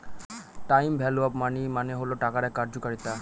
time value of money মানে হল টাকার এক কার্যকারিতা